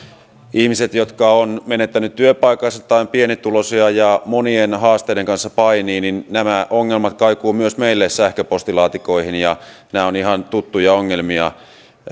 ihmisten jotka ovat menettäneet työpaikkansa tai ovat pienituloisia ja monien haasteiden kanssa painivat nämä ongelmat kaikuvat myös meille sähköpostilaatikoihin nämä ovat ihan tuttuja ongelmia